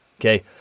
Okay